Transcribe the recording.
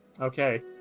Okay